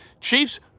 Chiefs